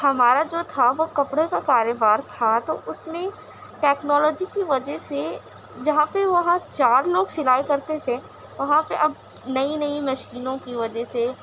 ہمارا جو تھا وہ کپڑے کا کاروبار تھا تو اس میں ٹیکنالوجی کی وجہ سے جہاں پہ وہاں چار لوگ سلائی کرتے تھے وہاں پہ اب نئی نئی مشینوں کی وجہ سے